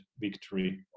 victory